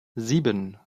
sieben